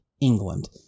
England